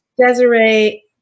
Desiree